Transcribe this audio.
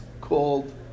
called